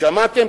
שמעתם?